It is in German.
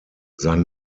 sein